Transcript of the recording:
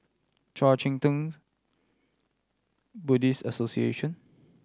Kuang Chee Tng's Buddhist Association